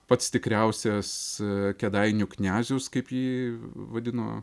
pats tikriausias kėdainių knezius kaip jį vadino